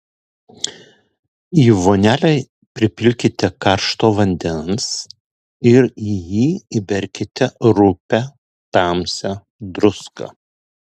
į vonelę pripilkite karšto vandens ir į jį įberkite rupią tamsią druską